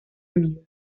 unidos